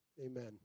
Amen